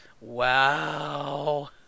Wow